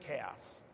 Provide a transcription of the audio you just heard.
chaos